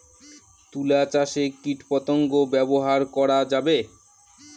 তুলা চাষে কীটপতঙ্গ ব্যবহার করা যাবে?